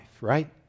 right